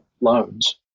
loans